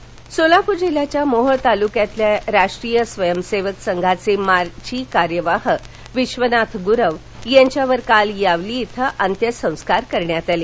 निधन सोलापूर जिल्ह्याच्या मोहोळ तालुक्यातील राष्ट्रीय स्वयंसेवक संघाचे माजी कार्यवाह विश्वनाथ गुरव यांच्यावर काल यावली इथं अंत्यसंस्कार करण्यात आले